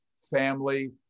family